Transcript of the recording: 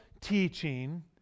teaching